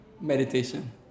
Meditation